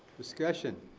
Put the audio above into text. discussion.